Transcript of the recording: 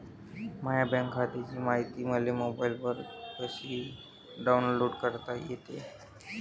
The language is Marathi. माह्या बँक खात्याची मायती मले मोबाईलवर कसी डाऊनलोड करता येते?